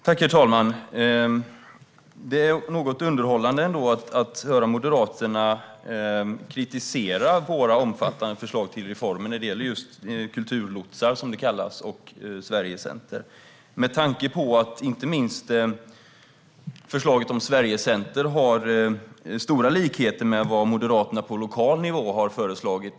Herr talman! Det är lite underhållande att höra Moderaterna kritisera våra omfattande förslag till reformer vad gäller kulturlotsar, som de kallas, och Sverigecenter med tanke på att inte minst förslaget om Sverigecenter har stora likheter med sådant som moderater på lokal nivå har föreslagit.